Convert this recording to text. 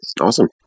Awesome